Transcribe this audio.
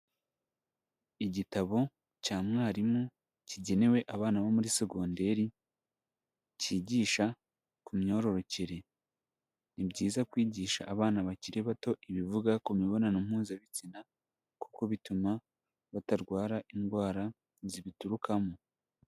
Igitabo cya mwarimu kigenewe abana bo muri sogonderi kigisha ku myororokere, ni byiza kwigisha abana bakiri bato ibivuga ku mibonano mpuzabitsina kuko bituma batarwara indwara zibiturukamo.